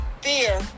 fear